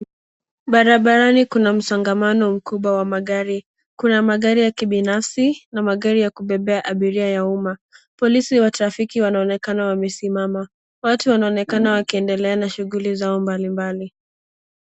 Barabarani kuna msongamano mkubwa wa magari. Kuna magari ya kibinafsi na magari ya kubebea abiria ya umma. Polisi wa trafiki wanaonekana wamesimama. Watu wanaonekana wakiendelea na shughuli zao mbalimbali.